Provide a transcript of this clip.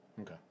Okay